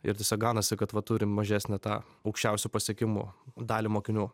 ir tiesiog gaunasi kad va turim mažesnę tą aukščiausių pasiekimų dalį mokinių